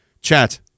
chat